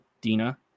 Dina